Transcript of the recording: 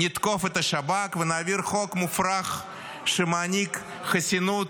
נתקוף את השב"כ ונעביר חוק מופרך שמעניק חסינות